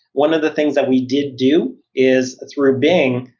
one of the things that we did do is through bing,